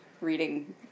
reading